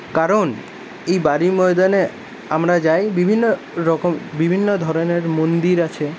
কারণ এই বালীর ময়দানে আমরা যাই বিভিন্ন রকমের বিভিন্ন ধরনের মন্দির আছে